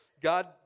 God